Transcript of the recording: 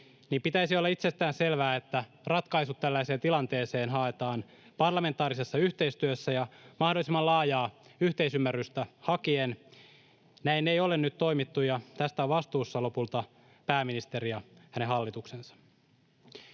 pitäisi olla itsestään selvää, että ratkaisut tällaiseen tilanteeseen haetaan parlamentaarisessa yhteistyössä ja mahdollisimman laajaa yhteisymmärrystä hakien. Näin ei ole nyt toimittu, ja tästä on vastuussa lopulta pääministeri ja hänen hallituksensa.